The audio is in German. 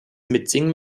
mitsingen